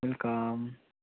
welcome